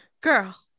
Girl